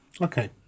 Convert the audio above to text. Okay